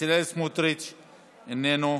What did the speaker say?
בצלאל סמוטריץ, איננו.